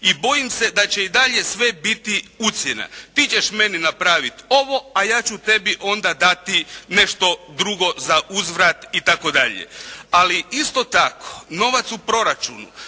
I bojim se da će i dalje sve biti ucjena. Ti ćeš meni napravit ovo, a ja ću tebi onda dati nešto drugo zauzvrat itd. Ali isto tako novac u proračunu,